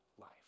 life